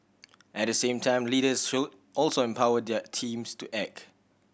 at the same time leaders should also empower their teams to act